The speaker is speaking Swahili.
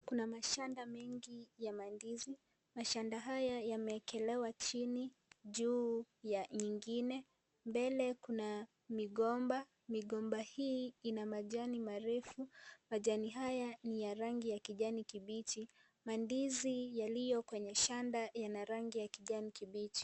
Kuna mashanda mengi ya mandizi. Mashanda haya yameekelewa chini juu ya nyingine. Mbele kuna migomba, migomba hii ina majani marefu, majani haya ni ya rangi ya kijani kibichi. Mandizi yaliyo kwenye shanda ya rangi ya kijani kibichi.